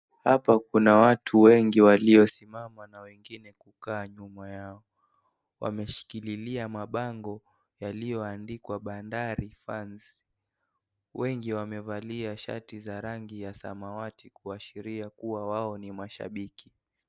Hapa kuna watu wengi waliosimama na wengine kukaa nyuma yao, wameshikilia mabango yaliyoandikwa Bandari fans, wengi wamevalia shati za rangi ya samawati kuashiria kuwa wao ni maashabiki.